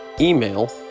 email